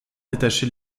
détaché